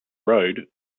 road